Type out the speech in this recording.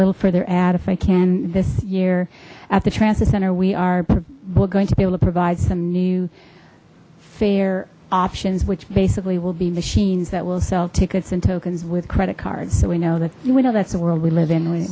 little further add if i can this year at the transit center we are what going to be able to provide some new fare options which basically will be machines that will sell tickets and tokens with credit cards so we know that we know that's the world we live in we